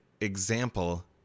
example